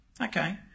okay